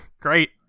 Great